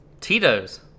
Tito's